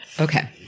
Okay